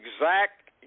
exact